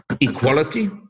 equality